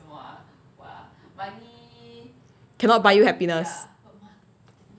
cannot buy you happiness